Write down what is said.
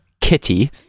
Kitty